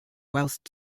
whilst